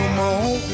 more